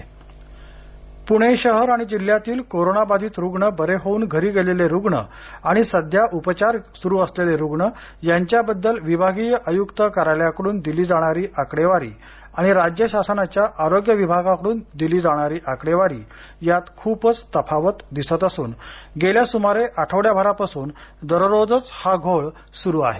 पणे आकडे तफावत पूणे शहर आणि जिल्ह्यातील कोरोना बाधित रुग्ण बरे होऊन घरी गेलेले रुग्ण आणि सध्या उपचार सुरु असलेले रुग्ण यांच्याबद्दल विभागीय आयुक्त कार्यालयाकडून दिली जाणारी आकडेवारी आणि राज्य शासनाच्या आरोग्य विभागाकडून दिली जाणारी आकडेवारी यात खूपच तफावत दिसत असून गेल्या सुमारे आठवड्याभरापासून दररोजच हा घोळ सूरु आहे